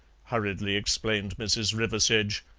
hurriedly explained mrs. riversedge,